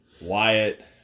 Wyatt